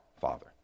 Father